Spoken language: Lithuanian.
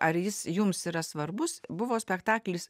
ar jis jums yra svarbus buvo spektaklis